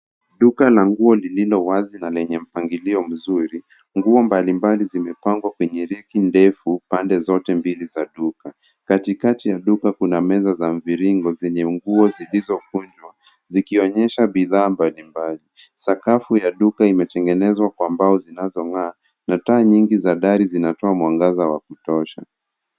Duka la nguo lililo wazi na lenye mpangilio mzuri. Nguo mbalimbali zimepangwa kwenye reki ndefu pande zote mbili za duka. Katikati ya duka kuna meza za mviringo zenye nguo zilizo kunjwa, zikionyesha bidhaa mbalimbali. Sakafu ya duka imetengenezwa kwa mbao zinazo ng'aa na taa nyingi za dari zinatoa mwangaza wa kutosha.